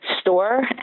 store